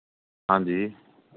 ਹਾਂਜੀ